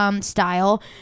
style